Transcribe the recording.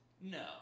No